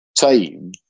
time